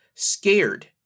Scared